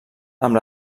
amb